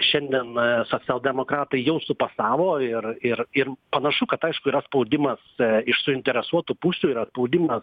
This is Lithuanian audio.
šiandien socialdemokratai jau supasavo ir ir ir panašu kad aišku yra spaudimas iš suinteresuotų pusių ir yra spaudimas